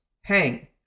hang